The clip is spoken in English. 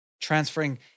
Transferring